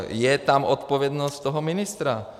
Je tam odpovědnost toho ministra.